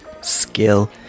skill